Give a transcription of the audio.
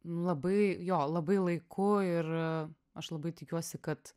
labai jo labai laiku ir aš labai tikiuosi kad